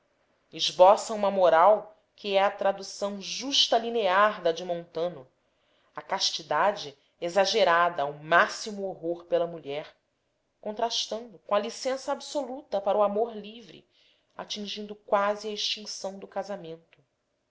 esboça uma moral que é a tradução justalinear da de montano a castidade exagerada ao máximo horror pela mulher contrastando com a licença absoluta para o amor livre atingindo quase à extinção do casamento